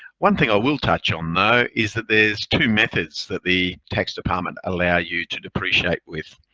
one thing i will touch on though is that there's two methods that the tax department allow you to depreciate with.